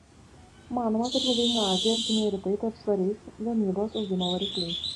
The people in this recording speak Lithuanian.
manoma kad ilgainiui azija ir artimieji rytai taps svariais gamybos augimo varikliais